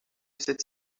cette